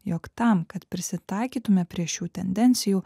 jog tam kad prisitaikytume prie šių tendencijų